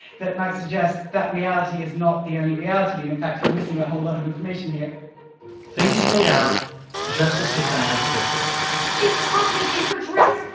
that might suggest that reality is not the only reality and, in fact, you're missing a whole lot of information here things play out just as cassandra predicted she's caught him in her dress,